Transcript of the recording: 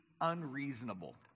unreasonable